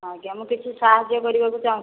ଆଜ୍ଞା ମୁଁ କିଛି ସାହାଯ୍ୟ କରିବାକୁ ଚାଁହୁଥିଲି